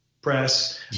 press